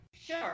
Sure